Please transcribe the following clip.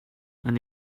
and